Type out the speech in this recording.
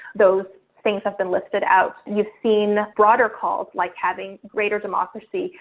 those things have been lifted out. you've seen broader calls, like having greater democracy,